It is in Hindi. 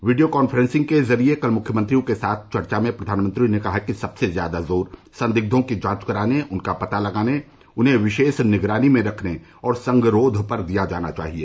वीडियो कॉन्फ्रेंसिंग के जरिये कल मुख्यमंत्रियों के साथ चर्चा में प्रधानमंत्री ने कहा कि सबसे ज्यादा जोर संदिग्धों की जांच कराने उनका पता लगाने उन्हें विशेष निगरानी में रखने और संगरोध पर दिया जाना चाहिए